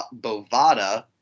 Bovada